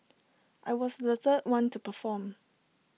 I was the third one to perform